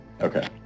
Okay